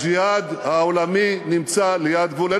הג'יהאד העולמי נמצא ליד גבולנו.